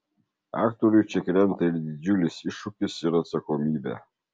aktoriui čia krenta ir didžiulis iššūkis ir atsakomybė